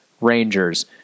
Rangers